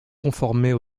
conformer